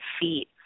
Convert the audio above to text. feet